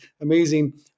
amazing